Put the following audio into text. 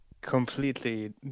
completely